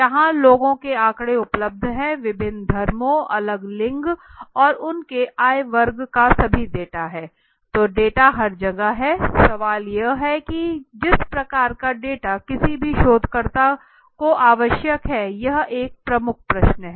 जहां लोगों के आंकड़े उपलब्ध हैं विभिन्न धर्मों अलग लिंग और उनके आय वर्ग का सभी डेटा है तो डेटा हर जगह हैं सवाल यह है कि जिस प्रकार का डेटा किसी भी शोधकर्ता को आवश्यक हैं यह एक प्रमुख प्रश्न है